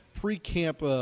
pre-camp